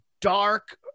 dark